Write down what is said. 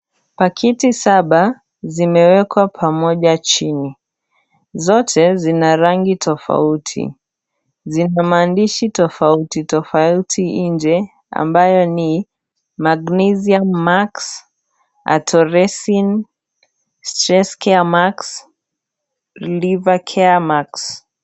Pakiti saba zimewekwa pamoja chini, zote zina rangi tofauti. Zina maandishi tofautitofauti nje ambayo ni magnesium marks, atoresin stress care marks, liver care marks .